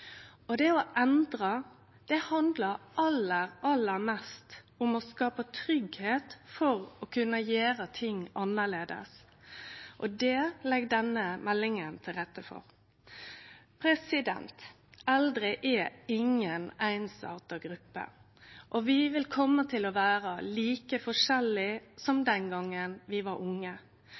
Det å endre handlar aller, aller mest om å skape tryggleik for å kunne gjere ting annleis, og det legg denne meldinga til rette for. Eldre er inga einsarta gruppe. Vi kjem til å vere like forskjellige som den gongen vi var unge.